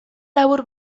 labur